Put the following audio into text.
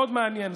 מאוד מעניין.